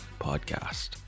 Podcast